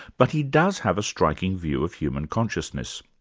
but he does have a striking view of human consciousness.